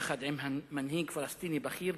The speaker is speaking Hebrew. יחד עם מנהיג פלסטיני בכיר,